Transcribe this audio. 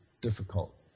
difficult